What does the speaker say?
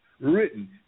written